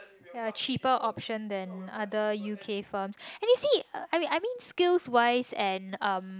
ya cheaper option than other U_K firms and you see I I mean I mean skills wise and um